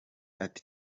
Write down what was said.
ati